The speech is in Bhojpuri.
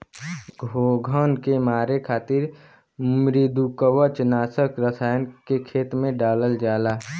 घोंघन के मारे खातिर मृदुकवच नाशक रसायन के खेत में डालल जाला